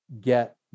get